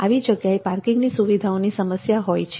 આવી જગ્યાએ પાર્કિંગની સુવિધાઓની સમસ્યા હોય છે